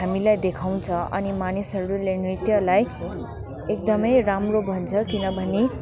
हामीलाई देखाउँछ अनि मानिसहरूले नृत्यलाई एकदमै राम्रो भन्छ किनभने